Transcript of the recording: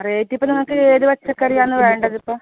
rate ഇപ്പം നിങ്ങൾക്ക് ഏത് പച്ചക്കറിയാണ് വേണ്ടതിപ്പം